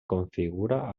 configura